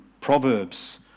Proverbs